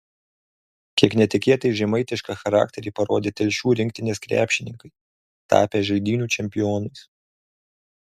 kiek netikėtai žemaitišką charakterį parodė telšių rinktinės krepšininkai tapę žaidynių čempionais